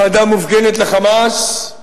אהדה מופגנת ל"חמאס"